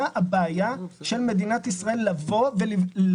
מה הבעיה של מדינת ישראל לבדוק?